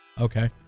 Okay